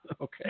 Okay